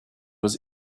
was